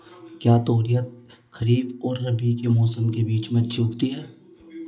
क्या तोरियां खरीफ और रबी के मौसम के बीच में अच्छी उगती हैं?